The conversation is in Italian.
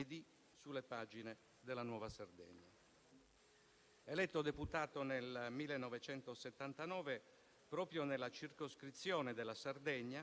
del Gruppo MoVimento 5 Stelle e, credo, dell'intero Senato. Nella mia veste di Presidente della Commissione per la biblioteca e archivio storico del